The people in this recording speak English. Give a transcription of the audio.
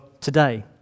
today